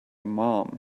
mum